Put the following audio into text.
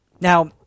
Now